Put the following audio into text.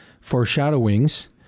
foreshadowings